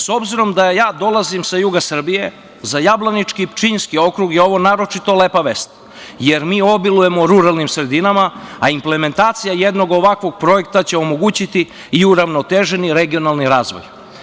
S obzirom da ja dolazim sa juga Srbije, za Jablanički i Pčinjski okrug je ovo naročito lepa vest, jer mi obilujemo ruralnim sredinama, a implementacija jednog ovakvog projekta će omogućiti i uravnoteženi regionalni razvoj.